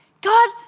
God